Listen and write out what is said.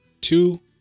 two